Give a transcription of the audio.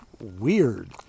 weird